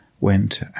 went